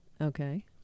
Okay